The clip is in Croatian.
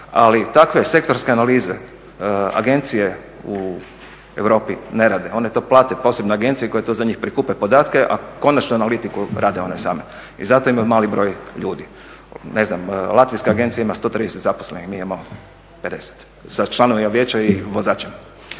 Ali takve sektorske analize agencije u Europi ne rade, one to plate posebnoj agenciji koja za njih prikupi podatke, a konačnu analitiku rade one same i zato imaju mali broj ljudi. Latinska agencija ima 130 zaposlenih, mi imamo 50, sa članovima vijeća i vozačem.